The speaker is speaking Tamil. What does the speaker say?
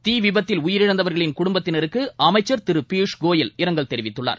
தீ விபத்தில் உயிரிழந்தவர்களின் குடும்பத்தினருக்கு அமைச்சர் திரு பியூஷ் கோயல் இரங்கல் தெரிவித்துள்ளார்